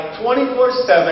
24-7